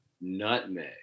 nutmeg